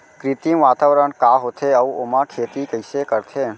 कृत्रिम वातावरण का होथे, अऊ ओमा खेती कइसे करथे?